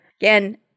Again